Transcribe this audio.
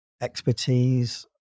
expertise